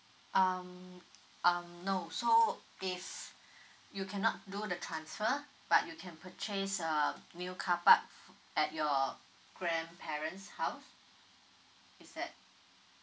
um um no so if you cannot do the transfer but you can purchase uh new carpark at your grandparent's house is that